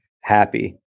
happy